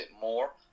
more